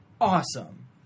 awesome